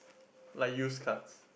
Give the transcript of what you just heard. like used cards